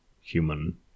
human